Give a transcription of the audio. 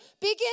begin